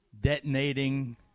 detonating